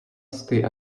sty